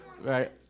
right